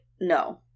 no